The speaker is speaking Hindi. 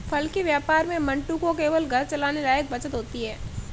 फल के व्यापार में मंटू को केवल घर चलाने लायक बचत होती है